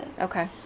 Okay